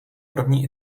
první